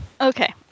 Okay